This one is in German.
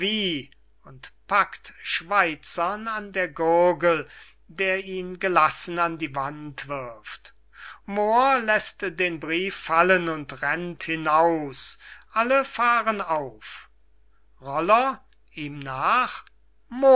und packt schweizern an der gurgel der ihn gelassen an die wand wirft moor läßt den brief fallen und rennt hinaus alle fahren auf roller